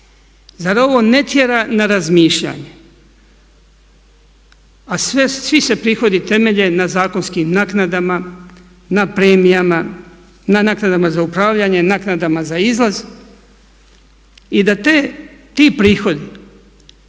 Zar ovo ne tjera na razmišljanje, a svi se prihodi temelje na zakonskim naknadama, na premijama, na naknadama za upravljanje, naknadama za izlaz. I da ti prihodi